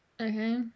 Okay